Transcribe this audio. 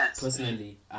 personally